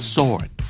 Sword